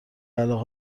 علاقه